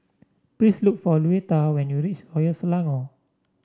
please look for Louetta when you reach Royal Selangor